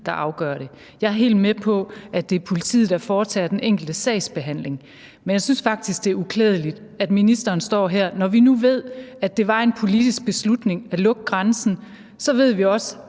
der afgør det. Jeg er helt med på, at det er politiet, der foretager den enkelte sagsbehandling, men jeg synes faktisk, det er uklædeligt, som ministeren står her. Når vi nu ved, at det var en politisk beslutning at lukke grænsen, så ved vi også,